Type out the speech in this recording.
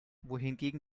wohingegen